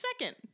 second